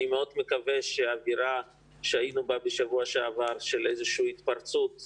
אני מאוד מקווה שהאווירה שהיינו בה בשבוע שעבר, של